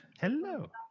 Hello